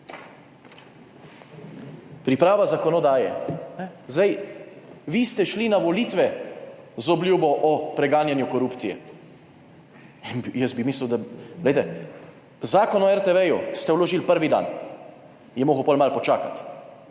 Priprava zakonodaje. Zdaj, vi ste šli na volitve z obljubo o preganjanju korupcije in jaz bi mislil da, glejte, Zakon o RTV ste vložili, prvi dan je moral pol malo počakati.